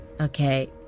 okay